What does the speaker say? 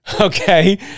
Okay